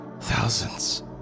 Thousands